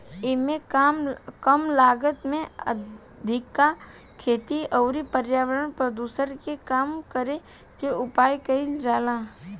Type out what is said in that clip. एइमे कम लागत में अधिका खेती अउरी पर्यावरण प्रदुषण के कम करे के उपाय कईल जाला